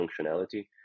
functionality